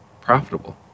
profitable